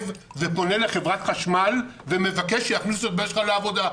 ופונה לחברת חשמל ומבקש שיכניסו את הבן שלך לעבודה?